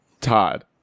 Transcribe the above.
Todd